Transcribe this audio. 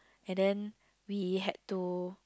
and then we had to